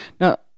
Now